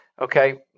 Okay